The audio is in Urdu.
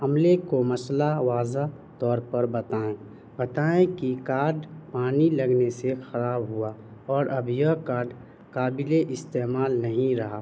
عملے کو مسئلہ واضح طور پر بتائیں بتائیں کہ کارڈ پانی لگنے سے خراب ہوا اور اب یہ کارڈ قابلِ استعمال نہیں رہا